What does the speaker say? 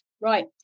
right